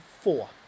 four